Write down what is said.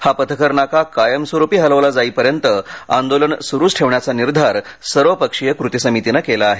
हा पथकर नाका कायमस्वरूपी हलवला जाईपर्यंत आंदोलन सुरूच ठेवण्याचा निर्धार सर्वपक्षीय कृती समितीनं केला आहे